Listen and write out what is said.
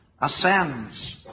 ascends